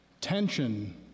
tension